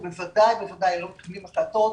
ובוודאי בוודאי לא מקבלים החלטות